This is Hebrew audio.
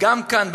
גם כאן,